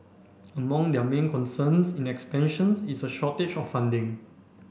among their main concerns in expansion is a shortage of funding